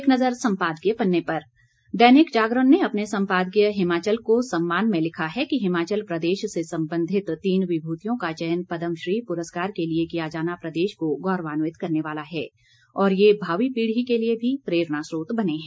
एक नज़र सम्पादकीय पन्ने पर दैनिक जागरण ने अपने संपादकीय हिमाचल को सम्मान में लिखा है कि हिमाचल प्रदेश से संबंधित तीन विभूतियों का चयन पदमश्री पुरस्कार के लिए किया जाना प्रदेश को गौरवान्वित करने वाला है और ये भावी पीढ़ी के लिए भी प्रेरणास्त्रोत बने हैं